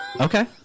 Okay